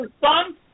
son